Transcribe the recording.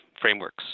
frameworks